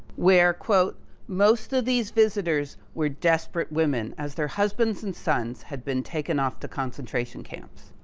where, most of these visitors were desperate women as their husbands and sons had been taken off to concentration camps.